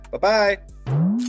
Bye-bye